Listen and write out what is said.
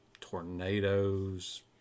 tornadoes